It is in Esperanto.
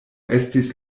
estis